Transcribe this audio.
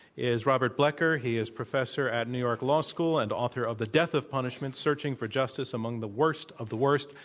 is robert blecker. he is professor at new york law school and author of the death of punishment searching for justice among the worst of the worst.